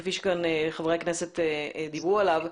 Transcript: כפי שכאן חברי הכנסת דיברו עליו,